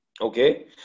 Okay